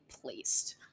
placed